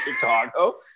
chicago